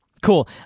cool